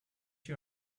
you